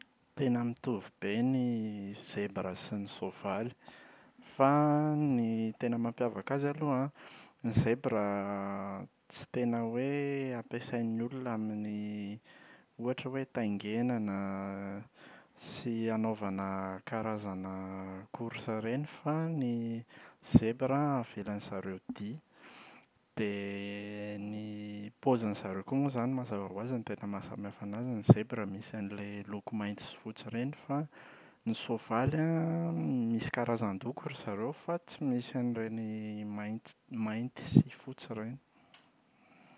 Tena mitovy be ny zebra sy ny soavaly. Paoma an, paiso an, voasary, papay, manga, mananasy, frezy voaloboka ledsi voasary makirana, voamadilo an, akondro an, garana an goavy an, voasary mandarina. Fa ny tena mampiavaka azy aloha an, ny zebra tsy tena hoe ampiasain’ny olona amin’ny ohatra hoe taingenana sy anaovana karazana course ireny fa ny zebra avelan’izareo dia. Dia ny paozin’izareo koa moa izany mazava ho azy ny tena mahasamihafa an’azy ny zebra misy an’ilay loko mainty sy fotsy ireny fa ny soavaly an misy karazan-doko ry zareo fa tsy misy an’ireny maint- mainty sy fotsy ireny.